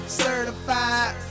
certified